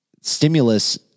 stimulus